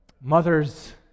Mothers